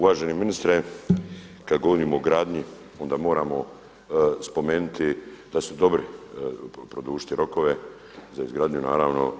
Uvaženi ministre, kada govorimo o gradnji onda moramo spomenuti da su dobri, produžiti rokove za izgradnju naravno.